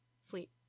sleep